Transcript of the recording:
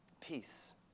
Peace